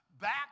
back